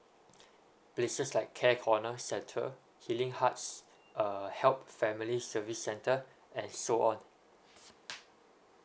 places like care corner centre healing hearts uh help family service centre and so on